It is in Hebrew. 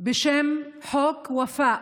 בשם "חוק ופאא".